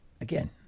again